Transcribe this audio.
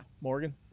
Morgan